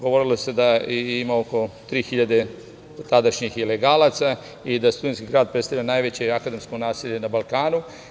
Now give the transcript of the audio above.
Govorili se da ima oko 3.000 tadašnjih ilegalaca i da Studentski grad predstavlja najveće akademsko naselje na Balkanu.